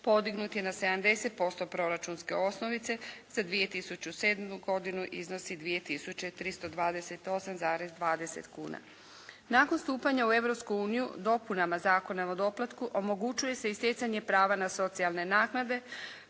podignut je na 70% proračunske osnovice, za 2007. godinu iznosi 2 tisuće 328,20 kuna. Nakon stupanja u Europsku uniju dopunama Zakona o doplatku omogućuje se i stjecanje prava na socijalne naknade